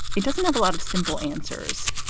it doesn't have a lot of simple answers,